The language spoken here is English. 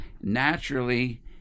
naturally